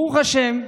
ברוך השם,